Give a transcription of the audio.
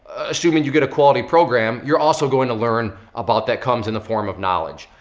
assuming you get a quality program, you're also gonna learn about that comes in the form of knowledge.